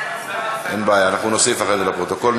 אין בעיה, נוסיף אחרי זה לפרוטוקול.